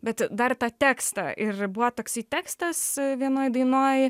bet dar tą tekstą ir buvo toksai tekstas vienoj dainoj